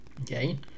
Okay